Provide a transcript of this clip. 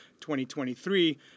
2023